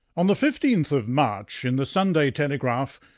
on the fifteenth march in the sunday telegraph,